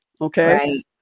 Okay